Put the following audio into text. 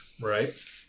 right